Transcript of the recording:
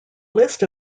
list